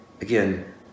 again